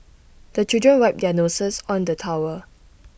the children wipe their noses on the towel